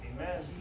Amen